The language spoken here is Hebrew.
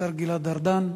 השר גלעד ארדן.